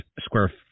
square